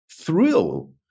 thrill